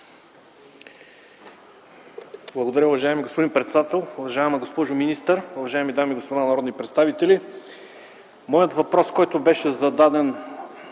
Благодаря, уважаеми господин председател. Уважаема госпожо министър, уважаеми дами и господа народни представители! Моят въпрос, който беше зададен